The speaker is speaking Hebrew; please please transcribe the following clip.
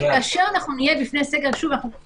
כאשר אנחנו נהיה בפני